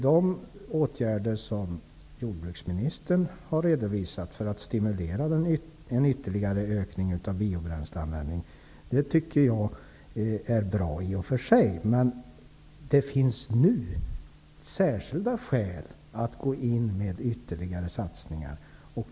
De åtgärder som jordbruksministern har redovisat för att stimulera en ytterligare ökning av biobränsleanvändning tycker jag är bra i och för sig, men det finns nu särskilda skäl att gå in med ytterligare satsningar.